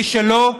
מי שלא,